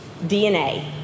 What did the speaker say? DNA